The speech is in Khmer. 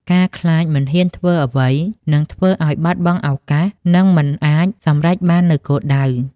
ការខ្លាចមិនហ៊ានធ្វើអ្វី នឹងធ្វើឲ្យបាត់បង់ឱកាស និងមិនអាចសម្រេចបាននូវគោលដៅ។